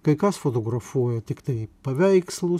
kai kas fotografuoja tiktai paveikslus